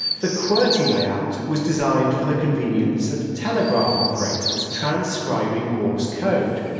the qwerty layout was designed for the convenience of telegraph operators transcribing morse code.